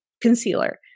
concealer